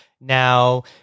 Now